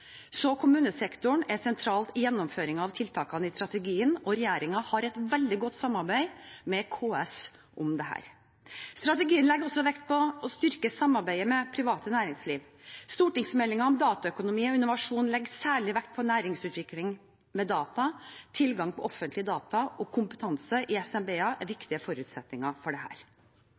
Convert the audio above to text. så kommunesektoren er sentral i gjennomføringen av tiltakene i strategien, og regjeringen har et veldig godt samarbeid med KS om dette. Strategien legger også vekt på å styrke samarbeidet med det private næringsliv. Stortingsmeldingen om dataøkonomi og innovasjon legger særlig vekt på næringsutvikling med data. Tilgang på offentlige data og kompetanse i små og mellomstore bedrifter, SMB-er, er viktige forutsetninger for